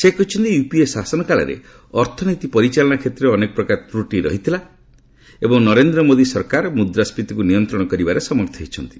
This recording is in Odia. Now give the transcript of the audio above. ସେ କହିଛନ୍ତି ୟୁପିଏ ଶାସନ କାଳରେ ଅର୍ଥନୀତି ପରିଚାଳନା କ୍ଷେତ୍ରରେ ଅନେକ ପ୍ରକାରର ତ୍ରୁଟି ରହିଥିଲା ଏବଂ ନରେନ୍ଦ୍ର ମୋଦୀ ସରକାର ମୁଦ୍ରାସ୍କୀତିକୁ ନିୟନ୍ତ୍ରଣ କରିବାରେ ସମର୍ଥ ହୋଇଛନ୍ତି